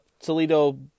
Toledo